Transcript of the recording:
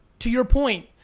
to your point,